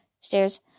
Stairs